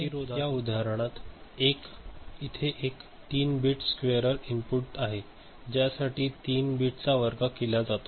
तर येथे या उदाहरणात इथे एक 3 बिट स्क्वेअरर इनपुट आहे ज्यासाठी 3 बिट चा वर्ग केला जातो